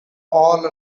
all